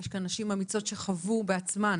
יש כאן נשים אמיצות שחוו בעצמן